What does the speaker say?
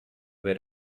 where